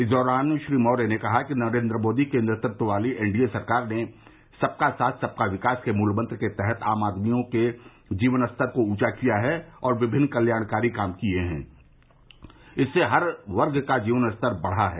इस दौरान श्री मौर्य ने कहा कि नरेन्द्र मोदी के नेतृत्व वाली एनडीए सरकार ने सबका साथ सबका विकास के मूल मंत्र के तहत आम नागरिकों के लिये विभिन्न जन कल्याणकारी काम किये हैं जिससे हर वर्ग का जीवन स्तर बढ़ा है